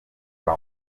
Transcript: kwa